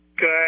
Good